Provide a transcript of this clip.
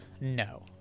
No